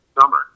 summer